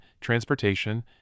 transportation